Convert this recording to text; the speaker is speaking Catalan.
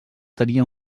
tenia